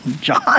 John